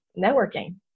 networking